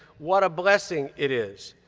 what a blessing it is.